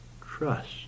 Trust